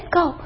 go